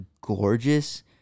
gorgeous